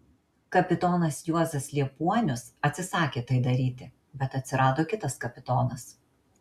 kapitonas juozas liepuonius atsisakė tai daryti bet atsirado kitas kapitonas